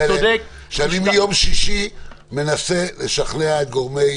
כשמיום שישי אני מנסה לשכנע את גורמי